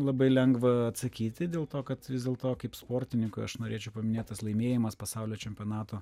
labai lengva atsakyti dėl to kad vis dėlto kaip sportininką aš norėčiau paminėt tas laimėjimas pasaulio čempionato